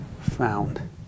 found